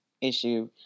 issue